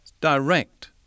Direct